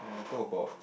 talk about